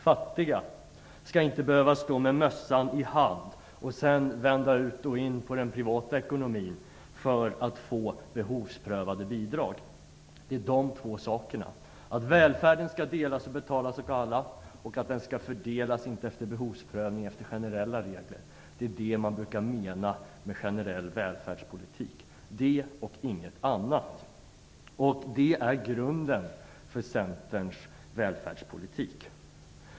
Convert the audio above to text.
Fattiga skall inte behöva stå med mössan i hand och vända ut och in på den privata ekonomin för att få behovsprövade bidrag. Det är de två sakerna det handlar om. Välfärden skall delas och betalas av alla, och den skall fördelas inte genom behovsprövning utan efter generella regler. Det är vad man brukar mena med generell välfärdspolitik, det och ingenting annat. Det är grunden för Centerns välfärdspolitik.